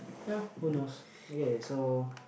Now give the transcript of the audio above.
ya who knows okay so